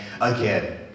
Again